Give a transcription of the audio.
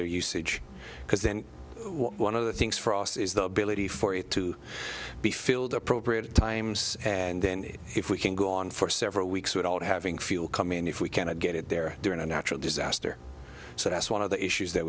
their usage because then one of the things for us is the ability for it to be filled appropriate times and then if we can go on for several weeks without having fuel come in if we cannot get it there during a natural disaster so that's one of the issues that